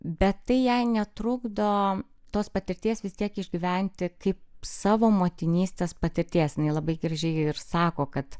bet tai jai netrukdo tos patirties vis tiek išgyventi kaip savo motinystės patirties jinai labai gražiai ir sako kad